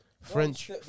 French